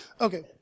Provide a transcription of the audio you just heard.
Okay